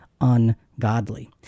ungodly